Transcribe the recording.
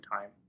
time